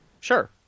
Sure